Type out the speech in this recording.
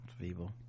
people